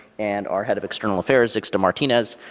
and our head of external affairs, zixta martinez,